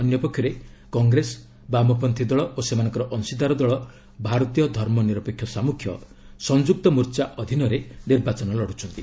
ଅନ୍ୟ ପକ୍ଷରେ କଂଗ୍ରେସ ବାମପନ୍ତ୍ରୀ ଦଳ ଓ ସେମାନଙ୍କର ଅଂଶିଦାର ଦଳ ଭାରତୀୟ ଧର୍ମନୀରପେକ୍ଷ ସାମୁଖ୍ୟ ସଂଯୁକ୍ତ ମୋର୍ଚ୍ଚା ଅଧୀନରେ ନିର୍ବାଚନ ଲଢ଼ୁଛନ୍ତି